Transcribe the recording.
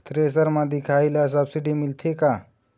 Thresher म दिखाही ला सब्सिडी मिलथे का?